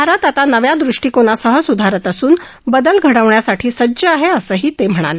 भारत आता नव्या ृष्टीकोनासह सुधारत असून बदल घडवण्यासाठी सज्ज आहे असंही ते म्हणाले